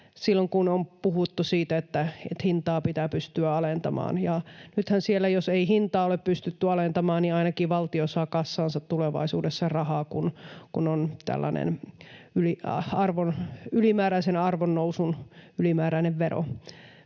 kun on puhuttu siitä, että hintaa pitää pystyä alentamaan. Ja nythän, jos ei hintaa ole pystytty alentamaan, ainakin valtio saa kassaansa tulevaisuudessa rahaa, kun siellä on tällainen ylimääräisen arvonnousun ylimääräinen vero.